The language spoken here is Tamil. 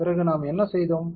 பிறகு நாம் என்ன செய்தோம்